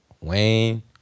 Wayne